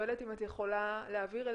שואלת אם את יכולה להעביר אלינו,